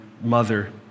mother